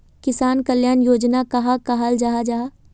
किसान कल्याण योजना कहाक कहाल जाहा जाहा?